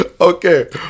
Okay